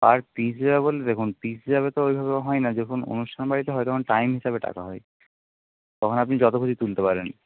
পার piece হিসাবে বললে দেখুন পিস হিসাবে তো ওইভাবে হয় না দেখুন অনুষ্ঠানবাড়িতে হয় তখন টাইম হিসাবে টাকা হয় তখন আপনি যত খুশি তুলতে পারেন